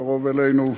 קרוב אלינו,